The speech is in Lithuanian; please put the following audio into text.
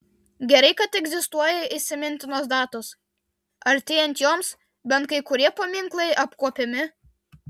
gerai kad egzistuoja įsimintinos datos artėjant joms bent kai kurie paminklai apkuopiami